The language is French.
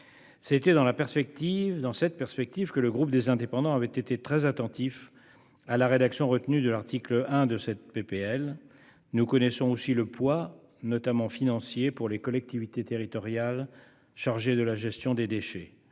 C'est dans cette perspective que le groupe Les Indépendants - République et Territoires avait été très attentif à la rédaction retenue de l'article 1 de cette proposition de loi. Nous connaissons aussi le poids, notamment financier, pour les collectivités territoriales chargées de la gestion des déchets.